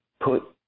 put